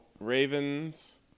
Ravens